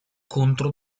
contro